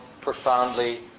profoundly